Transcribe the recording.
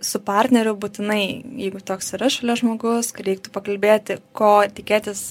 tai vat su partneriu būtinai jeigu toks yra šalia žmogus reiktų pakalbėti ko tikėtis